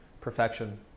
perfection